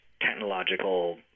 technological